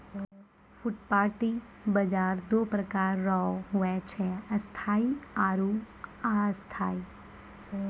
फुटपाटी बाजार दो प्रकार रो हुवै छै स्थायी आरु अस्थायी